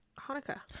Hanukkah